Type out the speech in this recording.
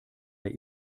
der